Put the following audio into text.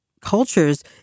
cultures